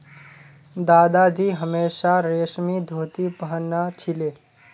दादाजी हमेशा रेशमी धोती पह न छिले